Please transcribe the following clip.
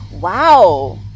wow